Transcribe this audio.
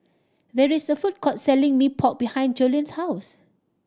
there is a food court selling Mee Pok behind Jolene's house